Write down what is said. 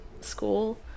school